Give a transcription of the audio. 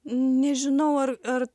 nežinau ar ar